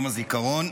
יום הזיכרון,